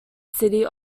city